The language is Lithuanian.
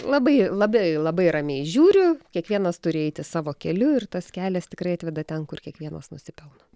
labai labai labai ramiai žiūriu kiekvienas turi eiti savo keliu ir tas kelias tikrai atveda ten kur kiekvienas nusipelno